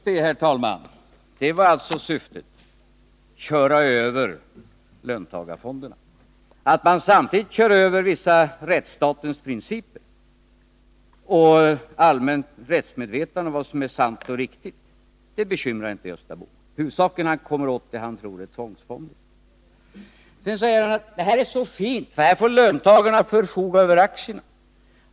Herr talman! Just det! Det var alltså syftet — att köra över löntagarfonderna. Att man samtidigt kör över vissa av rättsstatens principer och det allmänna rättsmedvetandet om vad som är sant och riktigt, det bekymrar inte Gösta Bohman. Huvudsaken är att han kommer åt det han tror är tvångsfonder. Vidare säger Gösta Bohman att det här är så fint, här får löntagarna förfoga över aktierna.